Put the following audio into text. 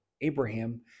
Abraham